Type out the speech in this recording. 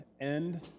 end